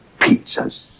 Pizzas